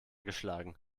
geschlagen